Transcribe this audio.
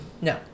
No